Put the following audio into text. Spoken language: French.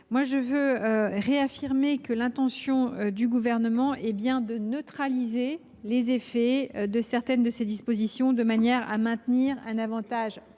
tiens à réaffirmer que l’intention du Gouvernement est bien de neutraliser les effets de certaines de ces dispositions de manière à maintenir un avantage